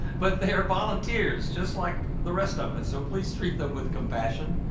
but they're volunteers just like the rest of us so please treat them with compassion.